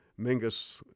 Mingus